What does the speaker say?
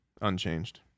unchanged